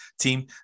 team